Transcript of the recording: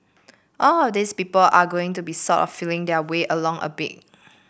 all of these people are going to be sort of feeling their way along a bit